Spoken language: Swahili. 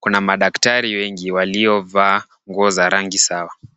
kuna madaktari waliovaa nguo za rangi sawa.